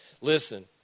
Listen